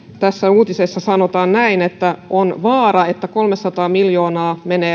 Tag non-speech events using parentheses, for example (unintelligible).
tässä uutisessa sanotaan näin että on vaara että vähintään kolmesataa miljoonaa menee (unintelligible)